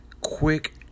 quick